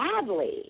sadly